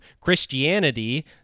Christianity